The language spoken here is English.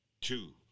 two